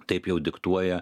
taip jau diktuoja